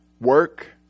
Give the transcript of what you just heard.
work